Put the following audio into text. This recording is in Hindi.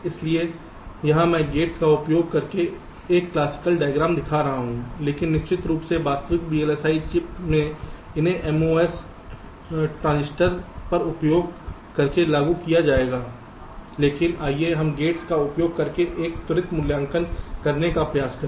इसलिए यहां मैं गेट्स का उपयोग करके एक क्लासिकल डायग्राम दिखा रहा हूं लेकिन निश्चित रूप से वास्तविक VLSI चिप में इन्हें MOS ट् ट्रांजिस्टरस का उपयोग करके लागू किया जाएगा लेकिन आइए हम गेट्स का उपयोग करके एक त्वरित मूल्यांकन करने का प्रयास करें